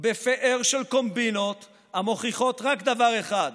ובפאר של קומבינות המוכיחות רק דבר אחד,